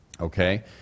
Okay